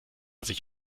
sich